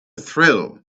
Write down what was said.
thrill